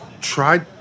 tried